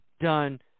done